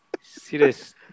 Serious